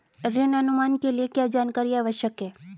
ऋण अनुमान के लिए क्या जानकारी आवश्यक है?